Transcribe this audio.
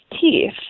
teeth